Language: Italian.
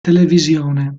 televisione